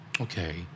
Okay